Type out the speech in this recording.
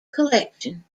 collection